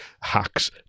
hacks